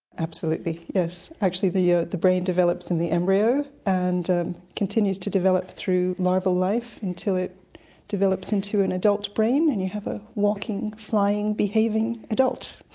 absolutely, yes. actually the yeah the brain develops in the embryo and continues to develop through larval life until it develops into an adult brain and you have a walking, flying, behaving adult.